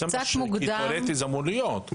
כי תיאורטית זה אמור להיות.